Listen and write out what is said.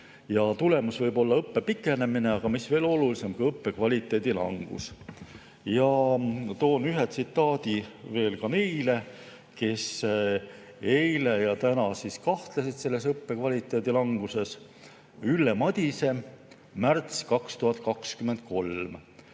Tulemus võib olla õppe pikenemine, aga mis veel olulisem, õppekvaliteedi langus. Toon ühe tsitaadi veel ka neile, kes eile ja täna kahtlesid õppekvaliteedi languses. Ülle Madise [ütles]